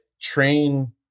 train